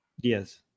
Yes